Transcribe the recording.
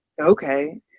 okay